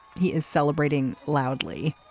he is celebrating loudly.